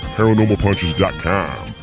ParanormalPunches.com